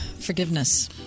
Forgiveness